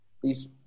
Please